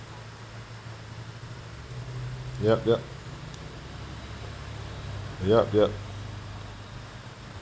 yup yup yup yup